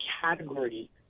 category